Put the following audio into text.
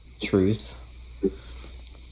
truth